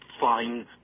Fine